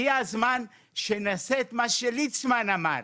הגיע הזמן שנעשה את מה שליצמן אמר.